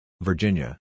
Virginia